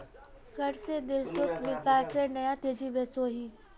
कर से देशोत विकासेर नया तेज़ी वोसोहो